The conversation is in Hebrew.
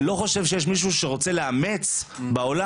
אני לא חושב שיש משיהו שרוצה לאמץ בעולם,